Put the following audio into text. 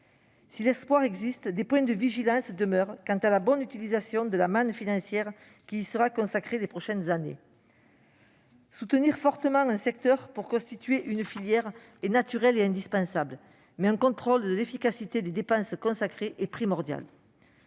Si l'espoir existe, nous devons rester vigilants sur la bonne utilisation de la manne financière qui sera consacrée à l'hydrogène dans les prochaines années. Soutenir fortement un secteur pour constituer une filière est naturel et indispensable, mais un contrôle de l'efficacité des dépenses engagées est primordial.